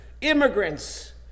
immigrants